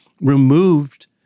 removed